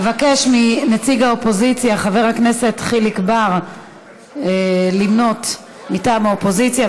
אבקש מנציג האופוזיציה חבר הכנסת חיליק בר למנות מטעם האופוזיציה,